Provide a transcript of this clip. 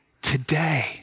Today